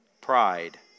Pride